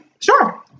Sure